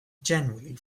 generally